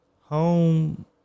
home